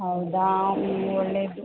ಹೌದಾ ಒಳ್ಳೆದು